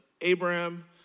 Abraham